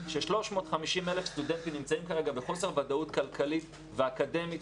ש-350,000 סטודנטים נמצאים כרגע בחוסר ודאות כלכלית ואקדמית.